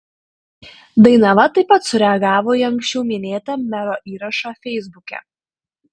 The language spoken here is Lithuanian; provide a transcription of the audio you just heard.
dainava taip pat sureagavo į anksčiau minėtą mero įrašą feisbuke